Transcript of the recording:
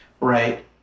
right